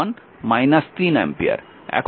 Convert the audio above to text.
এখন এই ক্ষেত্রে কী হবে